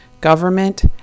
government